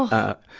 ah,